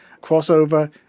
crossover